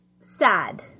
sad